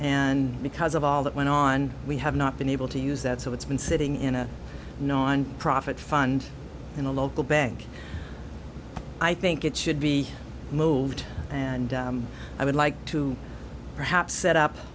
and because of all that went on we have not been able to use that so it's been sitting in a nonprofit fund in a local bank i think it should be moved and i would like to perhaps set up